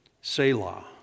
Selah